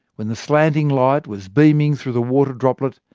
when the slanting light was beaming through the water droplet,